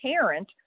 parent